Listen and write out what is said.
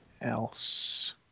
else